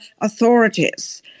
authorities